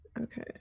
Okay